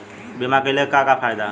बीमा कइले का का फायदा ह?